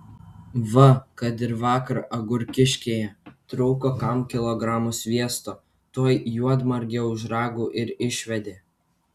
va kad ir vakar agurkiškėje trūko kam kilogramo sviesto tuoj juodmargę už ragų ir išvedė